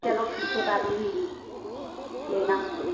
चलो ठीक है बात में मिलें लेना हो तो